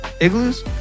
igloos